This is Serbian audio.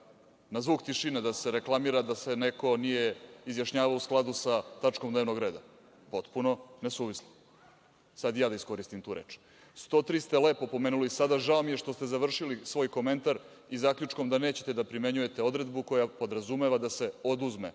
Na zvuk tišine da se reklamira da se neko nije izjašnjavao u skladu sa tačkom dnevnog reda, potpuno nesuvislo, sada i ja da iskoristim tu reč. Član 103. ste lepo spomenuli, žao mi je što ste završili svoj komentar i zaključkom da nećete da primenjujete odredbu koja podrazumeva da se oduzme